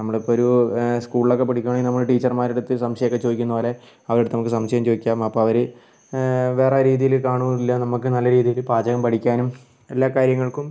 നമ്മളിപ്പൊരു സ്കൂൾലക്കെ പഠിക്കുവാണെങ്കിൽ നമ്മൾ ടീച്ചർമാരിടടുത്ത് സംശയക്കെ ചോദിക്കുന്നപോലെ അവരിടടുത്ത് നമുക്ക് സംശയം ചോദിക്കാം അപ്പോൾ അവർ വേറെ രീതിയിൽ കാണുകയും ഇല്ല നമുക്ക് നല്ല രീതിയിൽ പാചകം പഠിക്കാനും എല്ലാ കാര്യങ്ങൾക്കും